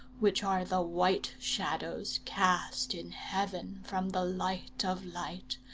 which are the white shadows cast in heaven from the light of light,